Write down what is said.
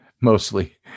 mostly